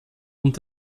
und